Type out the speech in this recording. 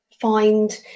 find